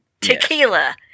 Tequila